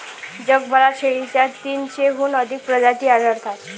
जगभरात शेळीच्या तीनशेहून अधिक प्रजाती आढळतात